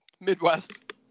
Midwest